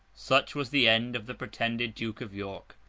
such was the end of the pretended duke of york,